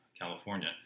California